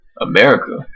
America